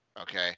Okay